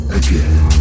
again